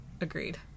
Agreed